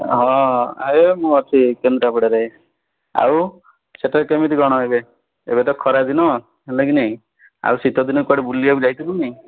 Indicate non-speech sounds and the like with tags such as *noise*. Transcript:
ହଁ *unintelligible* ମୁଁ ଅଛି କେନ୍ଦ୍ରାପଡ଼ାରେ ଆଉ *unintelligible* କେମିତି କ'ଣ ଏବେ ଏବେତ ଖରାଦିନ ହେଲାକି ନାଇଁ ଆଉ ଶୀତଦିନ କୁଆଡ଼େ ବୁଲିଆକୁ ଯାଇଥିଲୁ କି ନାଇଁ